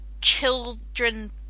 children